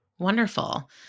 Wonderful